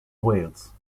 wales